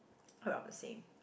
about the same